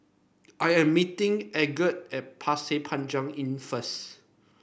I am meeting Algot at Pasir Panjang Inn first